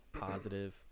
positive